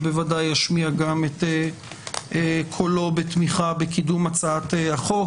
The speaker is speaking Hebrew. ובוודאי ישמיע גם את קולו בתמיכה בקידום הצעת החוק.